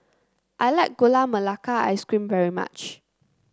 I like Gula Melaka Ice Cream very much